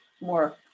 more